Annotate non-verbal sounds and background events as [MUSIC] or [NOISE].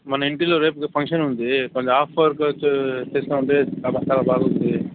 మన ఇంటిలో రేపు ఫంక్షన్ ఉంది కొంచెం ఆఫర్ [UNINTELLIGIBLE]